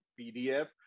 PDF